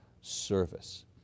service